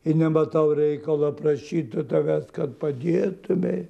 ir nematau reikalo prašyti tavęs kad padėtumei